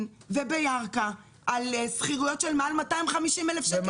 ובירכא על שכירויות של 250,000 שקל השנה.